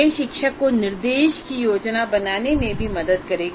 यह शिक्षक को निर्देश की योजना बनाने में भी मदद करेगा